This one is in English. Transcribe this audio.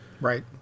right